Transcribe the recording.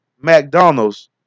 McDonald's